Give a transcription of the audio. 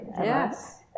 Yes